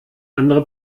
andere